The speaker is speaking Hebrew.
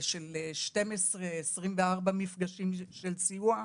של 24-12 מפגשים של סיוע,